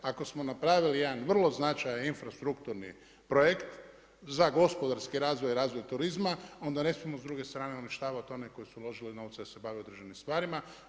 Ako smo napravili jedan vrlo značajan infrastrukturni projekt za gospodarski razvoj i razvoj turizma onda ne smijemo s druge strane uništavati one koji su uložili novce da se bave određenim stvarima.